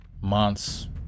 Months